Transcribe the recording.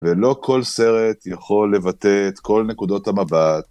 ולא כל סרט יכול לבטא את כל נקודות המבט.